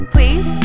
Please